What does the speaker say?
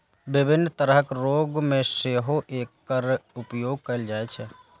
विभिन्न तरहक रोग मे सेहो एकर उपयोग कैल जाइ छै